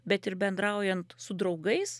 bet ir bendraujant su draugais